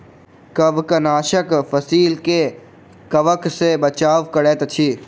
कवकनाशक फसील के कवक सॅ बचाव करैत अछि